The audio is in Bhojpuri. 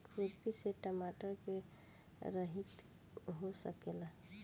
खुरपी से टमाटर के रहेती हो सकेला?